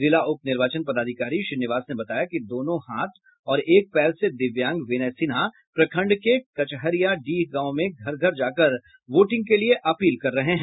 जिला उप निर्वाचन पदाधिकारी श्रीनिवास ने बताया कि दोनों हाथ और एक पैर से दिव्यांग विनय सिन्हा प्रखंड के कचहरियाडीह गांव में घर घर जाकर वोटिंग के लिए अपील कर रहे हैं